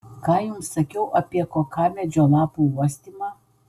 ką jums sakiau apie kokamedžio lapų uostymą